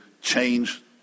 change